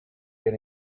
been